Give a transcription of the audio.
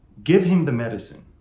give him the medicine.